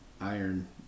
iron